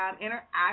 interact